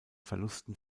verlusten